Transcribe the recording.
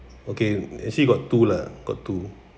okay actually got two lah got two